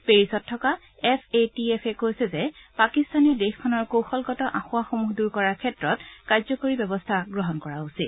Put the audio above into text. পেৰিছস্থিত F A T এফে কৈছে যে পাকিস্তানে দেশখনৰ কৌশলগত আসোঁৱাহসমূহ দূৰ কৰাৰ ক্ষেত্ৰত কাৰ্যকৰী ব্যৱস্থা গ্ৰহণ কৰা উচিত